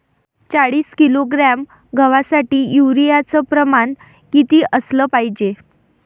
चाळीस किलोग्रॅम गवासाठी यूरिया च प्रमान किती असलं पायजे?